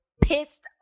pissed